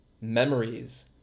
memories